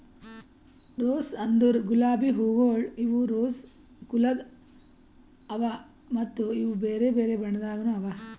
rose ಅಂದುರ್ ಗುಲಾಬಿ ಹೂವುಗೊಳ್ ಇವು ರೋಸಾ ಕುಲದ್ ಅವಾ ಮತ್ತ ಇವು ಬೇರೆ ಬೇರೆ ಬಣ್ಣದಾಗನು ಅವಾ